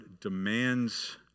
demands